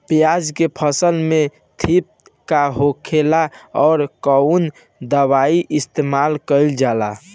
प्याज के फसल में थ्रिप्स का होखेला और कउन दवाई इस्तेमाल कईल जाला?